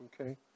okay